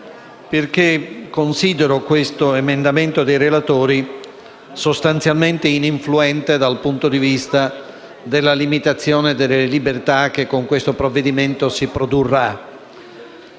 perché considero l'emendamento dei relatori sostanzialmente ininfluente dal punto di vista della limitazione delle libertà che con questo provvedimento si produrrà.